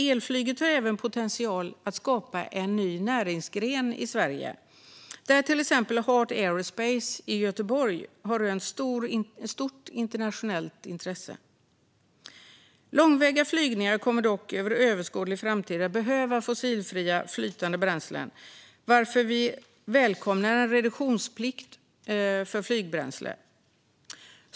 Elflyget har även potential att skapa en ny näringsgren i Sverige, där till exempel Heart Aerospace i Göteborg har rönt stort internationellt intresse. Långväga flygningar kommer dock under överskådlig framtid att behöva fossilfria flytande bränslen, varför vi välkomnar en reduktionsplikt för flygbränsle.